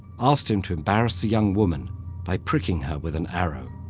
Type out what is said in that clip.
asked him to embarrass the young woman by pricking her with an arrow.